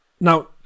Now